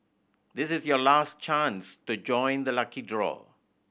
this is your last chance to join the lucky draw